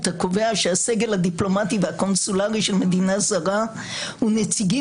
הקובע שהסגל הדיפלומטי והקונסולרי של מדינה זרה ונציגים